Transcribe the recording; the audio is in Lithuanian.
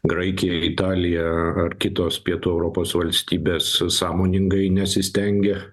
graikija italija ar kitos pietų europos valstybės sąmoningai nesistengia